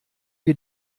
wir